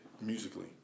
musically